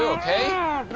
okay?